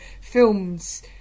films